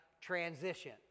transition